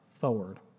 forward